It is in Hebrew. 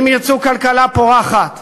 אם ירצו כלכלה פורחת,